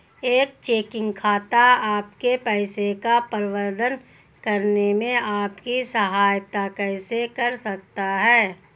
एक चेकिंग खाता आपके पैसे का प्रबंधन करने में आपकी सहायता कैसे कर सकता है?